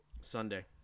Sunday